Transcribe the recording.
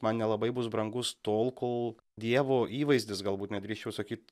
man nelabai bus brangus tol kol dievo įvaizdis galbūt net drįsčiau sakyt